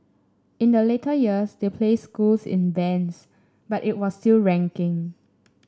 in the later years they place schools in bands but it was still ranking